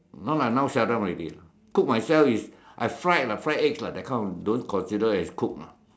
no lah now shut down already lah cook myself is I fry lah fry eggs lah that kind don't consider as cook lah